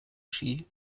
ski